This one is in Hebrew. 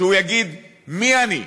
שהוא יגיד "מי אני",